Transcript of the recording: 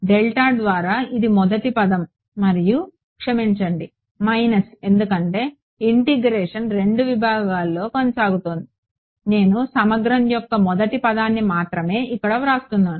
delta ద్వారా ఇది మొదటి పదం మరియు క్షమించండి మైనస్ ఎందుకంటే ఇంటిగ్రేషన్ రెండవ విభాగంలో కొనసాగుతుంది నేను సమగ్రం యొక్క మొదటి పదాన్ని మాత్రమే ఇప్పుడు వ్రాస్తున్నాను